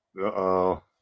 Uh-oh